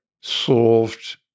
solved